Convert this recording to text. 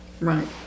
Right